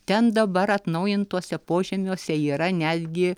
ten dabar atnaujintuose požemiuose yra netgi